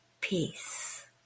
peace